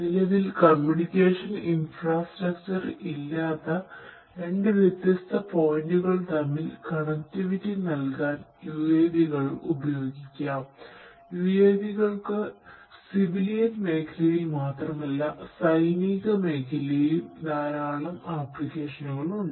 നിലവിൽ communication infrastructure ഉണ്ട്